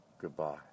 Goodbye